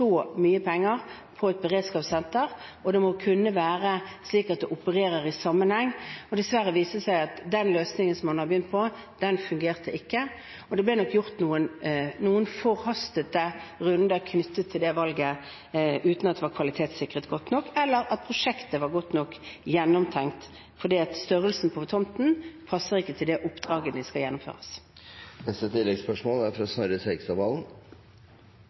mye penger på et beredskapssenter, og det må kunne være slik at det opererer i sammenheng. Dessverre viste det seg at den løsningen som man hadde begynt på, fungerte ikke, og det ble nok tatt noen forhastede runder knyttet til det valget, uten at det var kvalitetssikret godt nok, eller at prosjektet var godt nok gjennomtenkt, for størrelsen på tomten passer ikke til det oppdraget som skal gjennomføres. Snorre Serigstad Valen